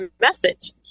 message